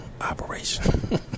operation